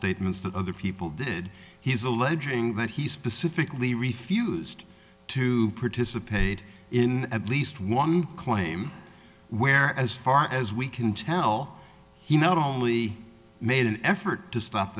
statements that other people did he's alleging that he specifically refused to participate in at least one claim where as far as we can tell he not only made an effort to stop